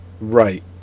Right